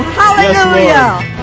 hallelujah